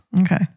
Okay